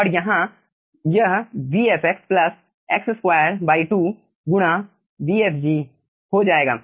और यहाँ यह vfx प्लस x22 गुणा vfg हो जाएगा